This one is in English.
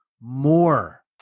more